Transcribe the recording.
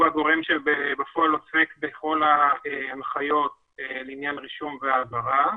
הוא הגורם שבפועל עוסק בכל ההנחיות לעניין רישום והעברה.